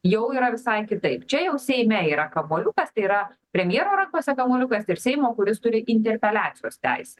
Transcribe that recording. jau yra visai kitaip čia jau seime yra kamuoliukas tai yra premjero rankose kamuoliukas ir seimo kuris turi interpeliacijos teisę